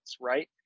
right